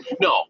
No